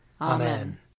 Amen